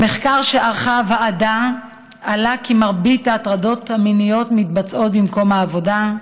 במחקר שערכה הוועדה עלה כי מרבית ההטרדות המיניות מתבצעות במקום העבודה.